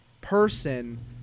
person